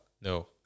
no